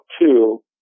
two